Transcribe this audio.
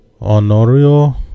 Honorio